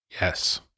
yes